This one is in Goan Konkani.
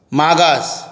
मागास